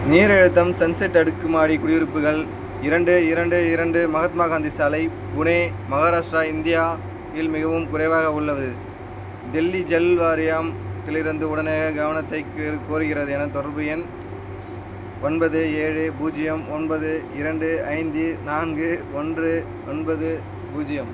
நீர் அழுத்தம் சன்செட் அடுக்குமாடி குடியிருப்புகள் இரண்டு இரண்டு இரண்டு மகாத்மா காந்தி சாலை புனே மகாராஷ்டிரா இந்தியா இல் மிகவும் குறைவாக உள்ளது தில்லி ஜல் வாரியம் திலிருந்து உடனடியாக கவனத்தை க கோருகிறது எனது தொடர்பு எண் ஒன்பது ஏழு பூஜ்ஜியம் ஒன்பது இரண்டு ஐந்து நான்கு ஒன்று ஒன்பது பூஜ்ஜியம்